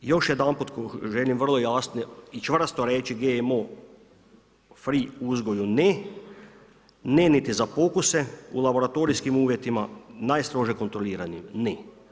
Još jedanput želim vrlo jasno i čvrsto reći GMO free uzgoju ne, ne niti za pokuse u laboratorijskim uvjetima najstrože kontroliranim, ne.